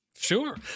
Sure